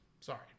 Sorry